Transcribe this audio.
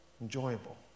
enjoyable